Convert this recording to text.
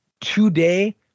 today